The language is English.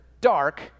dark